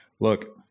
look